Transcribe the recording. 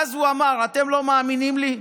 ואז הוא אמר: אתם לא מאמינים לי?